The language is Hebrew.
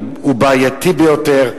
הוא בעייתי ביותר.